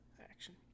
Action